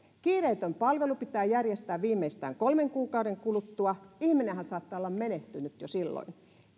kiireetön palvelu pitää järjestää viimeistään kolmen kuukauden kuluttua ihminenhän saattaa olla menehtynyt jo silloin